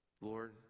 Lord